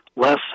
less